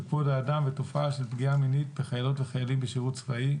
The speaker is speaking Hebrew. כבוד האדם ותופעה של פגיעה מינית בחיילות ובחיילים בשירות צבאי.